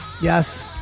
Yes